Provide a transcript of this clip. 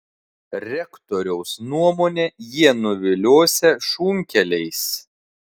rektoriaus nuomone jie nuviliosią šunkeliais